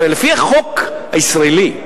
הרי לפי החוק הישראלי,